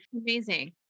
amazing